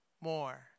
more